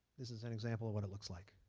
this is an example of what it looks like.